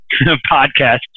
podcast